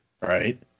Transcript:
Right